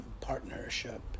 partnership